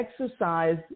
exercise